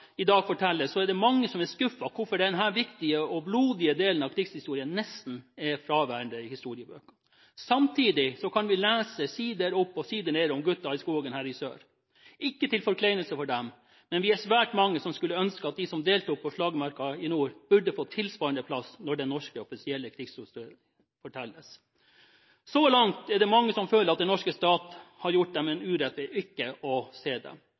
i dag fortelles, er det mange som er skuffet over at denne viktige og blodige delen av krigshistorien nesten er fraværende i historiebøkene. Samtidig kan vi lese side opp og side ned om «gutta på skauen» her i sør – ikke til forkleinelse for dem, men vi er svært mange som skulle ønske at de som deltok på slagmarken i nord, hadde fått tilsvarende plass når den norske offisielle krigshistorien fortelles. Så langt er det mange som føler at den norske stat har gjort dem en urett ved ikke å se dem.